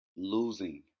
losing